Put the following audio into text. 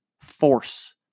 force